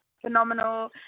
phenomenal